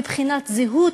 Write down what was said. מבחינת זהות,